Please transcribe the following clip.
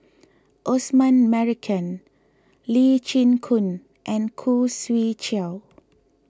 Osman Merican Lee Chin Koon and Khoo Swee Chiow